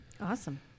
Awesome